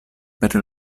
per